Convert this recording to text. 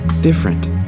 different